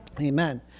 Amen